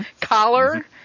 collar